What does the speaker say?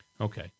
Okay